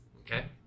Okay